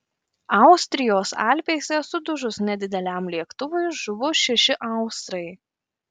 austrijos alpėse sudužus nedideliam lėktuvui žuvo šeši austrai